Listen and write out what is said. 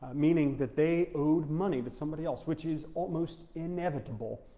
meaning that they owed money to somebody else, which is almost inevitable